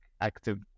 active